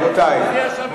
רבותי,